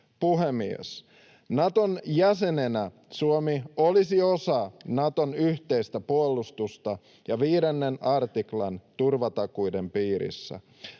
Puhemies! Naton jäsenenä Suomi olisi osa Naton yhteistä puolustusta ja 5 artiklan turvatakuiden piirissä.